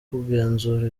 kugenzura